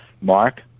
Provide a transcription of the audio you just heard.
Mark